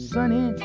Sunny